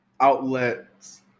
outlets